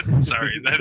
Sorry